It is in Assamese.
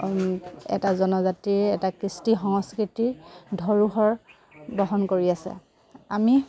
এটা জনজাতিৰে এটা কৃষ্টি সংস্কৃতিৰ ধৰোষৰ বহন কৰি আছে আমি